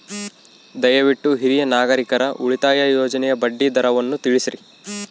ದಯವಿಟ್ಟು ಹಿರಿಯ ನಾಗರಿಕರ ಉಳಿತಾಯ ಯೋಜನೆಯ ಬಡ್ಡಿ ದರವನ್ನು ತಿಳಿಸ್ರಿ